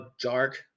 dark